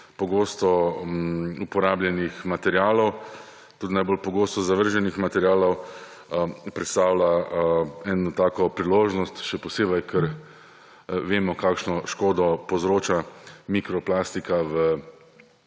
pogosto uporabljenih materialov, tudi najbolj pogosto zavrženih materialov, predstavlja eno tako priložnost, še posebej, ker vemo, kakšno škodo povzroča mikroplastika v